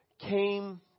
came